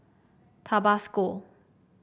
Tabasco